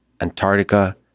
Antarctica